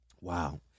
Wow